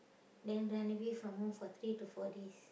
then run away from home for three to four days